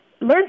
learn